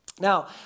Now